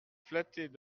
flattais